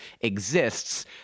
exists